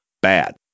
bad